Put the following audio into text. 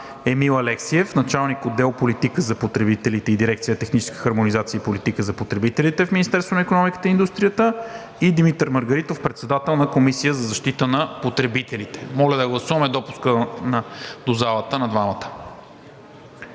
Емил Алексиев – началник на отдел „Политика за потребителите“ в дирекция „Техническа хармонизация и политика за потребителите“ в Министерството на икономиката и индустрията; Димитър Маргаритов – председател на Комисията за защита на потребителите. Моля да гласуваме допуска до залата на двамата.